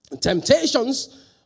Temptations